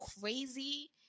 crazy